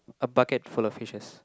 a bucket full of fishes